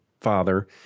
father